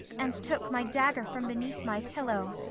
and took my dagger from beneath my pillow,